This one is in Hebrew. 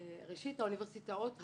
ראשית, האוניברסיטאות היו,